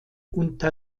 unter